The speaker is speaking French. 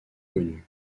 connus